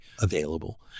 available